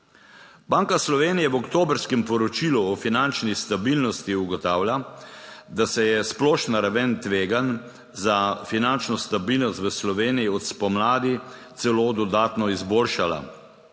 Banka Slovenije v oktobrskem poročilu o finančni stabilnosti ugotavlja, da se je splošna raven tveganj za finančno stabilnost v Sloveniji od spomladi celo dodatno izboljšala,